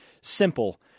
Simple